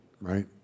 right